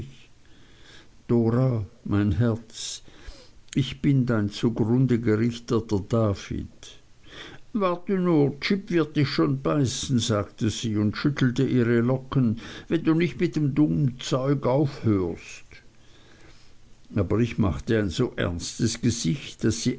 mein herz ich bin dein zugrunde gerichteter david warte nur jip wird dich schon beißen sagte sie und schüttelte ihre locken wenn du nicht mit dem dummen zeug aufhörst aber ich machte ein so ernstes gesicht daß sie